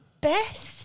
best